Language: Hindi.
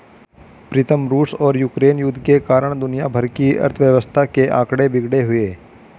प्रीतम रूस और यूक्रेन युद्ध के कारण दुनिया भर की अर्थव्यवस्था के आंकड़े बिगड़े हुए